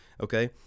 okay